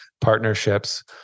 partnerships